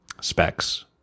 specs